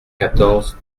quatorze